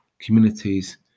communities